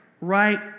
Right